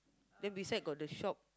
then beside got the shop